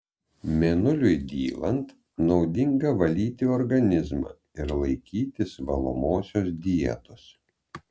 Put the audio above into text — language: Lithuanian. mėnuliui dylant naudinga valyti organizmą ar laikytis valomosios dietos